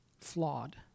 flawed